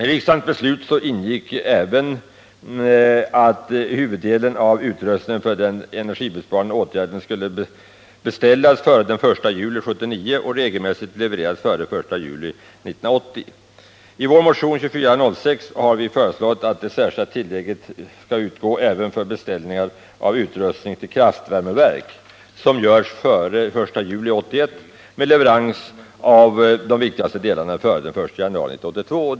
I riksdagens beslut ingick även att huvuddelen av utrustningen för den energibesparande åtgärden skulle beställas före den 1 juli 1979 och regelmässigt levereras före den 1 juli 1980. I vår motion nr 2406 har vi föreslagit att det särskilda tillägget skall utgå även för beställningar av utrustning till kraftvärmeverk som görs före den 1 juli 1980 med leverans av de viktigaste delarna före den 1 januari 1982.